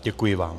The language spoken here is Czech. Děkuji vám.